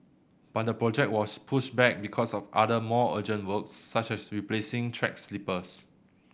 but the project was pushed back because of other more urgent works such as replacing track sleepers